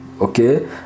Okay